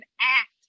act